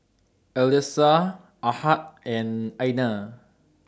Alyssa Ahad and Aina